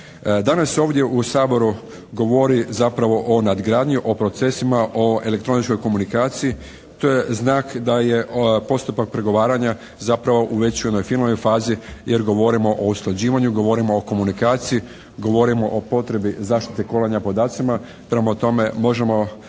Danas se ovdje u Saboru govori zapravo o nadgradnji, o procesima, o elektroničkoj komunikaciji. To je znak da je postupak pregovaranja zapravo u već onoj finalnoj fazi jer govorimo o usklađivanju, govorimo o komunikaciji, govorimo o potrebi zaštite kolanja podacima. Prema tome, možemo